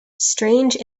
strange